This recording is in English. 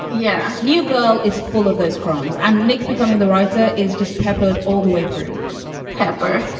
yeah, new girl is full of those crumbs. and nick becoming the writer is just peppered all the way through pepper.